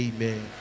Amen